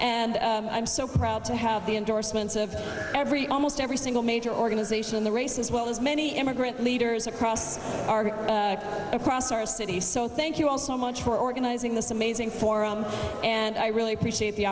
and i'm so proud to have the endorsements of every almost every single major organization in the race as well as many immigrant leaders across our across our city so thank you all so much for organizing this amazing forum and i really appreciate the